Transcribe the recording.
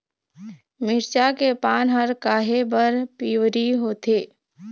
मिरचा के पान हर काहे बर पिवरी होवथे?